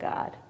God